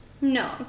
No